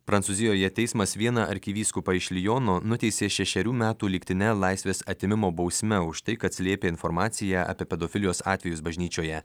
prancūzijoje teismas vieną arkivyskupą iš liono nuteisė šešerių metų lygtine laisvės atėmimo bausme už tai kad slėpė informaciją apie pedofilijos atvejus bažnyčioje